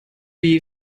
wie